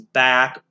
back